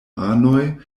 anoj